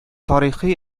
тарихи